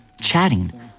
chatting